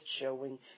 showing